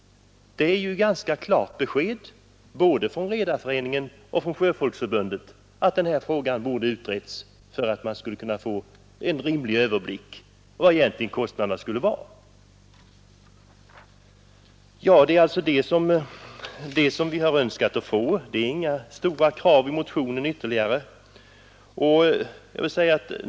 Det är ganska klart besked från både Redareföreningen och Sjöfolksförbundet om att den här frågan borde ha utretts för att man skulle kunna få en rimlig överblick över hur stora kostnaderna egentligen skulle vara. Det är alltså det som vi har önskat få; det finns inga ytterligare stora krav i motionen.